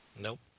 Nope